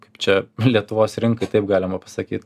kaip čia lietuvos rinkai taip galima pasakyt